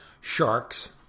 Sharks